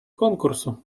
конкурсу